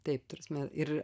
taip ta prasme ir